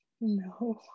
No